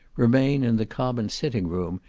remain in the common sitting-room,